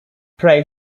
pray